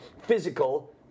physical